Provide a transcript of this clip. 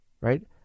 Right